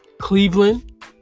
Cleveland